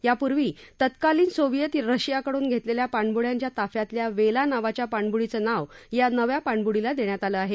यापूर्वी तत्कालीन सोवियत रशियाकडून घेतलेल्या पाणबुड्यांच्या ताफ्यातल्या वेला नावाच्या पाणबुडीचं नाव या नव्या पाणबुडीला देण्यात आलं आहे